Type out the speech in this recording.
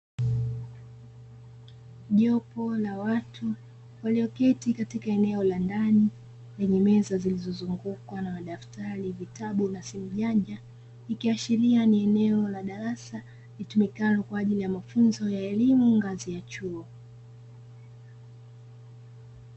Jopo la watu walioketi katika eneo la ndani lenye meza zilizozungukwa na madaftari, vitabu na simu janja ikiashiria ni eneo la darasa, litumikalo kwa ajili ya mafunzo ya elimu ngazi ya chuo.